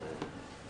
תודה.